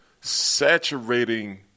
saturating